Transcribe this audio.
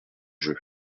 jeu